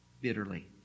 bitterly